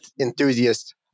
enthusiast